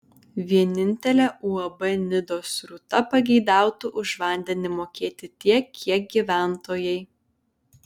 vienintelė uab nidos rūta pageidautų už vandenį mokėti tiek kiek gyventojai